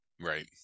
Right